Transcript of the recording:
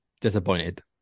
disappointed